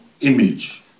image